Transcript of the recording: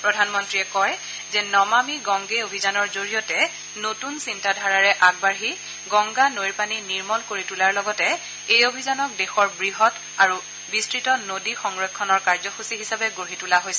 প্ৰধানমন্ত্ৰীয়ে কয় যে নমানি গংগে অভিযানৰ জৰিয়তে নতুন চিন্তাধাৰাৰে আগবাঢ়ি গংগা নৈৰ পানী নিৰ্মাল কৰি তোলাৰ লগতে এই অভিযানক দেশৰ সৰ্ববৃহৎ আৰু বিস্তত নদী সংৰক্ষণৰ কাৰ্যসুচী হিচাপে গঢ়ি তোলা হৈছে